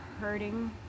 hurting